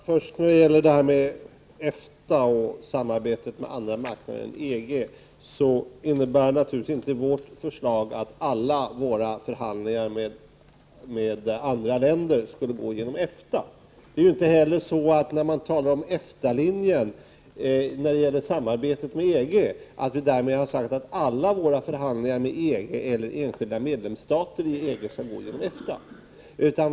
Fru talman! Först något om EFTA och samarbetet med andra marknader än EG. Vårt förslag innebär naturligtvis inte att alla våra förhandlingar med andra länder skall ske genom EFTA. EFTA-linjen beträffande samarbetet med EG innebär inte att alla våra förhandlingar med EG eller enskilda medlemsstater i EG skall ske genom EFTA.